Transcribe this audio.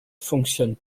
fonctionne